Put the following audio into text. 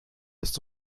ist